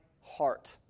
heart